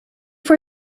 for